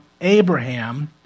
Abraham